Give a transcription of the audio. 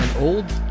Old